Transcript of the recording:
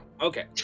Okay